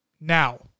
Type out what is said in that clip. Now